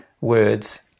words